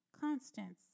constants